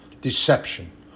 deception